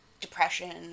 depression